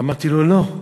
אמרתי לו, לא,